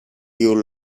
you